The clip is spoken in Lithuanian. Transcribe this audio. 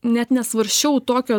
net nesvarsčiau tokio